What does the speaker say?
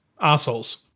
assholes